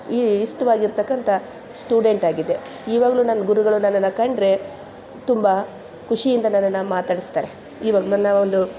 ಈ ಇಷ್ಟವಾಗಿ ಇರ್ತಕ್ಕಂಥ ಸ್ಟೂಡೆಂಟಾಗಿದ್ದೆ ಇವಾಗಲೂ ನನ್ನ ಗುರುಗಳು ನನ್ನನ್ನು ಕಂಡರೆ ತುಂಬ ಖುಷಿಯಿಂದ ನನ್ನನ್ನು ಮಾತಾಡಿಸ್ತಾರೆ ಇವಾಗ ನನ್ನ ಒಂದು